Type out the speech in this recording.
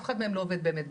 אף אחד מהם לא עובד באמת,